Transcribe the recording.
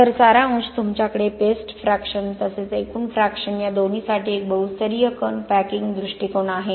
तर सारांश तुमच्याकडे पेस्ट फ्रॅकशन तसेच एकूण फ्रॅकशन या दोन्हीसाठी एक बहुस्तरीय कण पॅकिंग दृष्टीकोन आहे